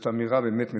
שזאת אמירה באמת מקוממת,